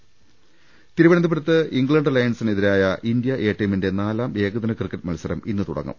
രുടെട്ടറു തിരുവനന്തപുരത്ത് ഇംഗ്ലണ്ട് ലയൺസിനെതിരായ India A ടീമിന്റെ നാലാം ഏകദിന ക്രിക്കറ്റ് മത്സരം ഇന്ന് തുടങ്ങും